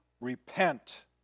repent